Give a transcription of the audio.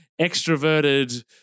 extroverted